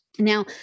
Now